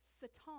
satan